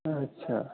अच्छा